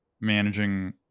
managing